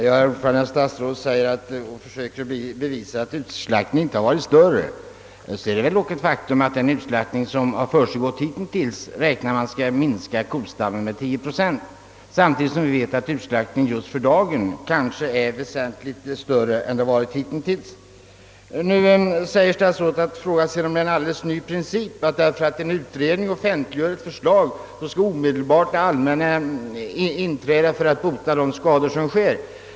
Herr talman! Statsrådet sade att utslaktningen i år inte hade varit större än under 1963, men faktum är ju ändå att man räknar med att årets utslaktning kommer att minska kostammen med 10 procent. Vi vet också att utslaktningen just för dagen är väsentligt större än tidigare under året. Vidare frågar statsrådet om vi har accepterat en helt ny princip, innebärande att om en utredning offentliggör ett förslag, så skall det allmänna omedelbart träda till och bota de uppkomna skadorna.